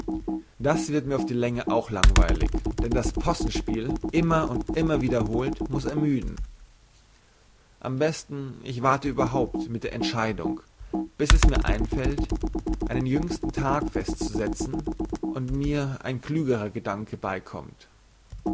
das wird mir auf die länge auch langweilig denn das possenspiel immer und immer wiederholt muß ermüden am besten ich warte überhaupt mit der entscheidung bis es mir einfällt einen jüngsten tag festzusetzen und mir ein klügerer gedanke beikommt